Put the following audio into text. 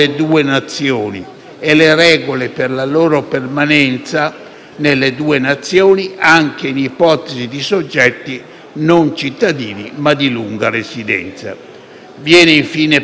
nelle due nazioni anche in ipotesi di soggetti non cittadini, ma di lunga residenza. Viene infine prevista - fatto questo di rilevanza non indifferente